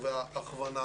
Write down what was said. בטח לא פה בוועדה.